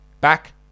back